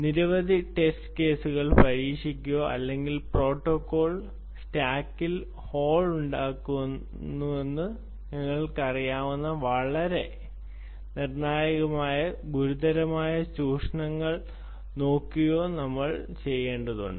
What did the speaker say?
നിരവധി ടെസ്റ്റ് കേസുകൾ പരീക്ഷിക്കുകയോ അല്ലെങ്കിൽ പ്രോട്ടോക്കോൾ സ്റ്റാക്കിൽ ഹോൾ ഉണ്ടാക്കുമെന്ന് നിങ്ങൾക്കറിയാവുന്ന വളരെ നിർണായകമായ ഗുരുതരമായ ചൂഷണങ്ങൾ നോക്കുകയോ നമ്മൾ ചെയ്യേണ്ടതുണ്ട്